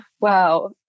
Wow